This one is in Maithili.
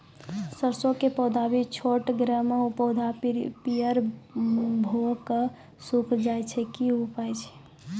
सरसों के पौधा भी छोटगरे मे पौधा पीयर भो कऽ सूख जाय छै, की उपाय छियै?